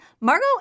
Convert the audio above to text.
Margot